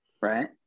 Right